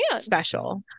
special